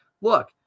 look